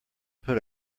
put